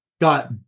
got